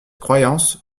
croyance